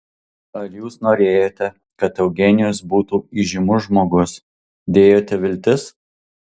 ar jūs norėjote kad eugenijus būtų įžymus žmogus dėjote viltis